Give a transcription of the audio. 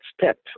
step